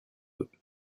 eux